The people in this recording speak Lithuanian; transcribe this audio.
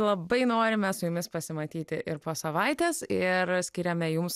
labai norime su jumis pasimatyti ir po savaitės ir skiriame jums